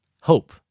hope